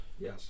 Yes